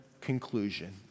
conclusion